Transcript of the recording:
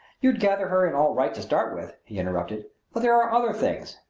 you'd gather her in all right to start with, he interrupted but there are other things,